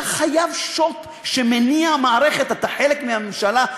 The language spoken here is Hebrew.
אתה חייב שוט שמניע את המערכת, אתה חלק מהממשלה.